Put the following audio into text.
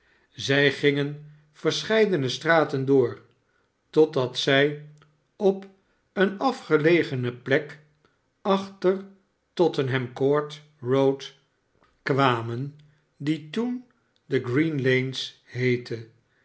zij gingen verscheidene straten door tot zij op eene afgelegene plekachter to tttenh am court road kwamen die toen the green lanes